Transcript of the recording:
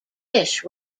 dish